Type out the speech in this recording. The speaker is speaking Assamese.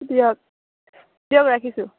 দিয়ক দিয়ক ৰাখিছোঁ